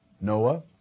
Noah